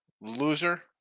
loser